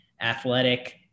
athletic